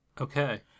Okay